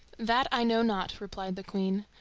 that i know not, replied the queen.